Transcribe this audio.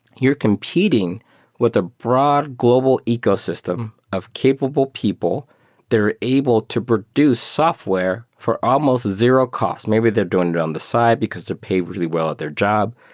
you're competing with a broad global ecosystem of capable people that are able to produce software for almost zero cost. maybe they're doing it on the side because they're paid really well at their job.